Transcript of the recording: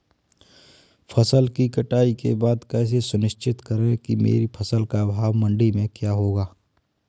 फसल की कटाई के बाद कैसे सुनिश्चित करें कि मेरी फसल का भाव मंडी में क्या होगा?